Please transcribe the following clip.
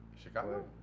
Chicago